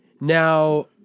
Now